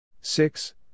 Six